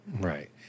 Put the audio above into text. right